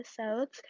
episodes